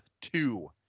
two